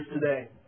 today